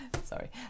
sorry